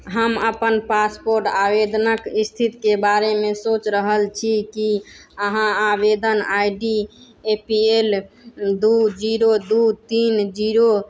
हम अपन पासपोर्ट आवेदनक स्थितके बारेमे सोचि रहल छी कि अहाँ आवेदन I D A P L दू जीरो दू तीन जीरो